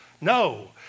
No